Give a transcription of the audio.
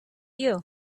you